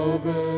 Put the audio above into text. Over